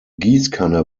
gießkanne